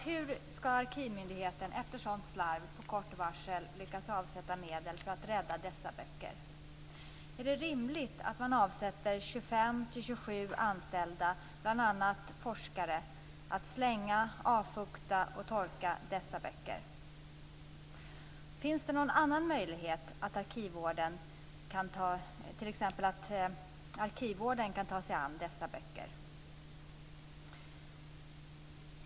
Hur ska arkivmyndigheten efter ett sådant slarv med kort varsel lyckas avsätta medel för att rädda dessa böcker? Är det rimligt att man avsätter 25-27 anställda - bl.a. forskare - som ska slänga, avfukta och torka dessa böcker? Finns det någon annan möjlighet. t.ex. att arkivvården kan ta sig an dessa böcker?